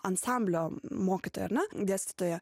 ansamblio mokytoja ar ne dėstytoja